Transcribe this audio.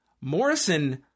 Morrison